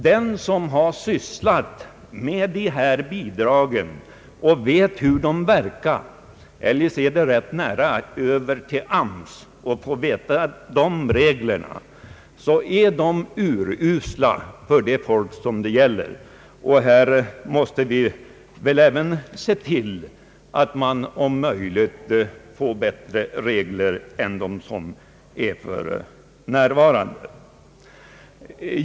Den som känner till hur dessa bidrag verkar — det är eljest lätt att genom AMS få veta reglerna för dem — känner också till hur urusla de är för de människor som får dem. Vi måste se till att det skapas bättre regler än de som finns för närvarande.